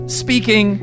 speaking